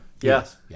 Yes